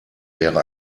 wäre